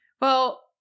Well-